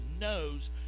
knows